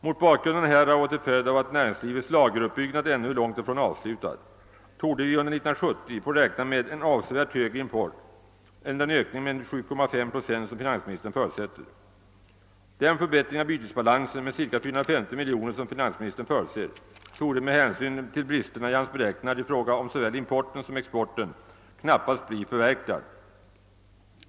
Mot bakgrunden härav och till följd av att näringslivets lageruppbyggnad ännu är långt ifrån avslutad torde vi under 1970 få räkna med en avsevärt högre import än den ökning med 7,5 procent som finansministern förutsätter. Den förbättring av bytesbalansen med cirka 450 miljoner som finansministern för utser torde med hänsyn till bristerna i hans beräkningar i fråga om såväl importen som exporten knappast bli förverkligad.